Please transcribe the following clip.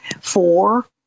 four